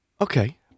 Okay